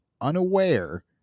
unaware